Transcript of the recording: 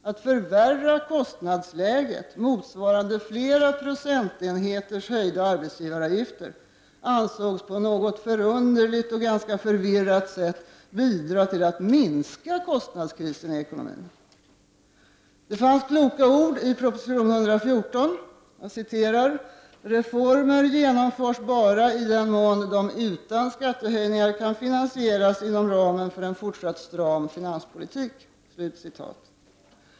Att förvärra kostnadsläget motsvarande flera procentenheters höjda arbetsgivaravgifter ansågs på något förunderligt och ganska förvirrat sätt bidra till den minskade kostnadskrisen i ekonomin. Det fanns kloka ord i proposition 114 om att ”reformer genomförs bara i den mån de utan skattehöjningar kan finansieras inom ramen för en fortsatt stram finanspolitik”.